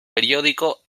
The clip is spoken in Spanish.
periódico